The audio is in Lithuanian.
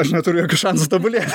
aš neturiu jokių šansų tobulėt